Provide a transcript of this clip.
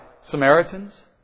Samaritans